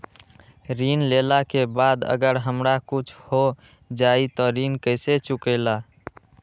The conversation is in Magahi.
ऋण लेला के बाद अगर हमरा कुछ हो जाइ त ऋण कैसे चुकेला?